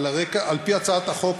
על-פי הצעת החוק,